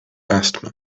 asthma